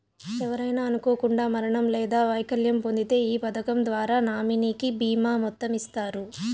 ఎవరైనా అనుకోకండా మరణం లేదా వైకల్యం పొందింతే ఈ పదకం ద్వారా నామినీకి బీమా మొత్తం ఇస్తారు